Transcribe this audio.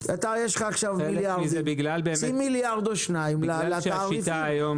שים מיליארד או שניים בתעריפים.